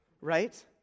right